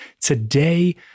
Today